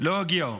לא הגיעו.